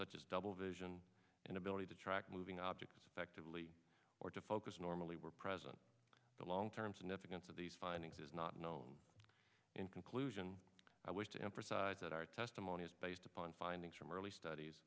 such as double vision and ability to track moving objects or to focus normally were present the long term significance of these findings is not known in conclusion i wish to emphasize that our testimony is based upon findings from early studies